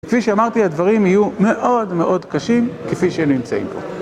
כפי שאמרתי הדברים יהיו מאוד מאוד קשים כפי שהם נמצאים פה